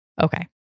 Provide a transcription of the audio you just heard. Okay